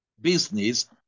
business